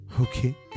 Okay